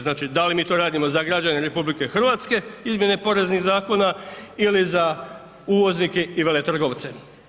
Znači da li mi to radimo za građana RH izmjene poreznih zakona ili za uvoznike i veletrgovce.